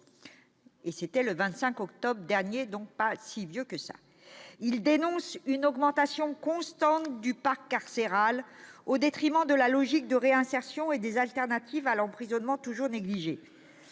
c'était le 25 octobre dernier, il n'y a donc pas si longtemps. Ils dénoncent une augmentation constante du parc carcéral au détriment de la logique de réinsertion et des alternatives à l'emprisonnement, toujours négligées.